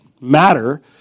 matter